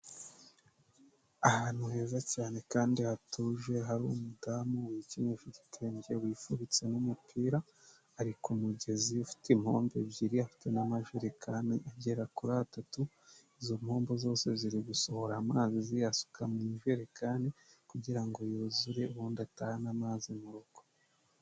Ahantu heza cyane kandi hatuje hari umudamu wikenyeje igitenge wifubitse n'umupira, ari ku mugezi ufite impombo ebyiri afite n'amajerekani agera kuri atatu, izo mpombo zose ziri gusohora amazi ziyasuka mu ijererekani kugira ngo yuzure ubundi atahane amazi mu rugo.